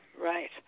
right